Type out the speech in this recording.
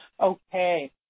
okay